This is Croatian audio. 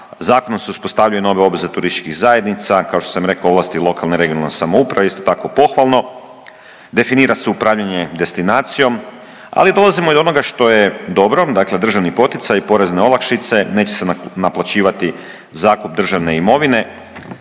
Zakonom se uspostavljaju i nove obveze turističkih zajednica. Kao što sam rekao ovlasti lokalne i regionalne samouprave isto tako pohvalno. Definira se upravljanje destinacijom, ali dolazimo i do onoga što je dobro, dakle državni poticaji, porezne olakšice neće se naplaćivati zakup državne imovine.